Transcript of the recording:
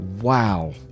Wow